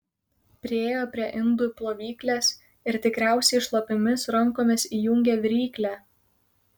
priėjo prie indų plovyklės ir tikriausiai šlapiomis rankomis įjungė viryklę